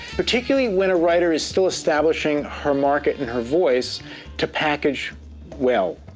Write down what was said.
particularly when a writer is still establishing her market and her voice to package well.